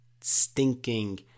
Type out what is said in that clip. stinking